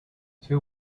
two